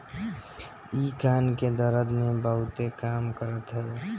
इ कान के दरद में बहुते काम करत हवे